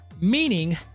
meaning